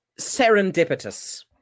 serendipitous